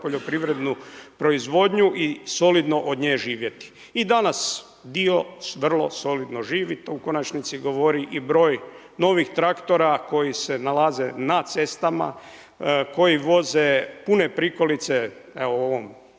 poljoprivrednu proizvodnju i solidno od nje živjeti. I danas dio vrlo solidno živi, to u konačnici govori i broj novih traktora koji se nalaze na cestama koji voze pune prikolice evo